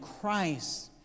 Christ